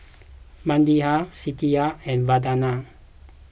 Medha Satya and Vandana